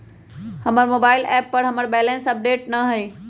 हमर mobile app पर हमर बैलेंस अपडेट न हई